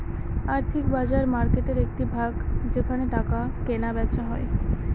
আর্থিক বাজার মার্কেটের একটি ভাগ যেখানে টাকা কেনা বেচা হয়